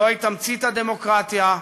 זוהי תמצית הדמוקרטיה,